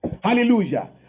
Hallelujah